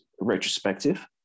retrospective